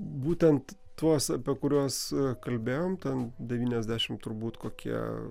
būtent tuos apie kuriuos kalbėjom ten devyniasdešimt turbūt kokie